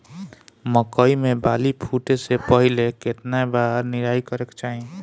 मकई मे बाली फूटे से पहिले केतना बार निराई करे के चाही?